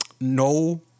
no